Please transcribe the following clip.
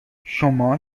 شما